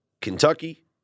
Kentucky